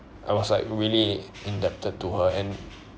I was like really indebted to her and